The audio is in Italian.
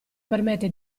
permette